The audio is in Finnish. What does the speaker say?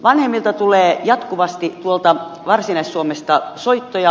vanhemmilta tulee jatkuvasti tuolta varsinais suomesta soittoja